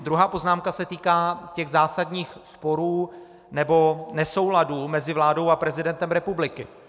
Druhá poznámka se týká těch zásadních sporů nebo nesouladů mezi vládou a prezidentem republiky.